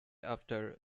after